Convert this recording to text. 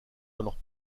dans